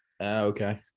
Okay